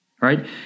right